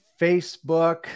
Facebook